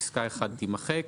פסקה (1) - תימחק."